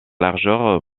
largeur